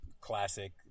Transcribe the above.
classic